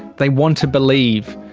they want to believe.